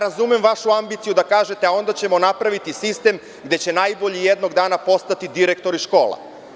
Razumem vašu ambiciju da kažete – napravićemo sistem gde će najbolji jednog dana postati direktori škola.